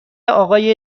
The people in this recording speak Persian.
آقای